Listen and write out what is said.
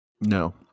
No